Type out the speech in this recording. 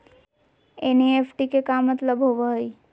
NEFT के का मतलव होव हई?